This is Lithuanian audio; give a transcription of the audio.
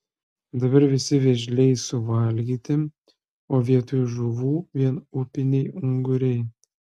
dabar visi vėžliai suvalgyti o vietoj žuvų vien upiniai unguriai